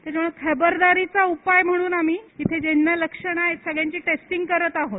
त्यामुळे खबरदारीचा उपाय म्हणून आम्ही इथे ज्यांना लक्षणं आहेत सगळ्यांची टेस्टिंग करत आहोत